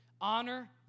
honor